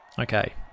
Okay